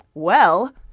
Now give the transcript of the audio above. well,